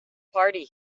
party